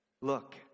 look